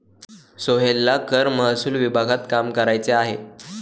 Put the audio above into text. सोहेलला कर महसूल विभागात काम करायचे आहे